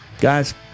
guys